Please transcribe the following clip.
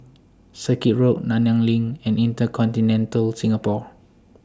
Circuit Road Nanyang LINK and InterContinental Singapore